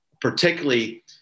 particularly